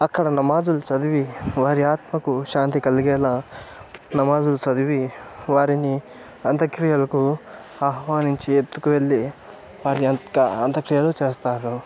అక్కడ నమాజులు చదివి వారి ఆత్మకు శాంతి కలిగేలా నమాజులు చదివి వారిని అంతక్రియలకు ఆహ్వానించి ఎత్తుకు వెళ్ళి వారి యొక్క అంతక్రియలు చేస్తారు